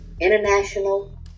International